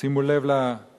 שימו לב לדברים,